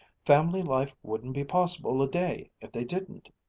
family life wouldn't be possible a day if they didn't.